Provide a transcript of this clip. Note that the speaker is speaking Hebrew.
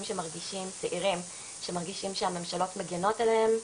צעירים שמרגישים שהממשלות מגנות עליהם,